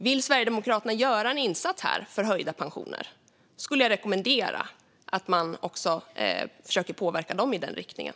Om Sverigedemokraterna vill göra en insats här för höjda pensioner skulle jag rekommendera att man också försöker påverka de partierna i den riktningen.